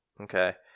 Okay